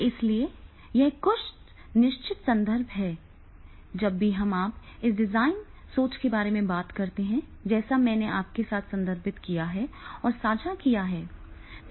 इसलिए ये कुछ निश्चित संदर्भ हैं जब भी आप इस डिजाइन सोच के बारे में बात करते हैं जिसे मैंने आपके साथ संदर्भित किया है और साझा किया है